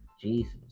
Jesus